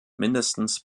mindestens